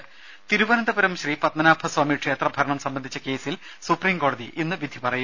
ദേദ തിരുവനന്തപുരം ശ്രീ പത്മനാഭസ്വാമി ക്ഷേത്ര ഭരണം സംബന്ധിച്ച കേസിൽ സുപ്രീംകോടതി ഇന്ന് വിധി പറയും